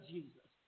Jesus